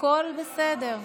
הכול בסדר.